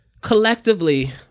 collectively